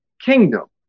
kingdom